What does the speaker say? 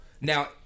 now